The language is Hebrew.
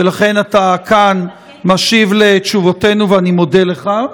ולכן אתה כאן, משיב על שאלותינו, ואני מודה לך.